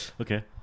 Okay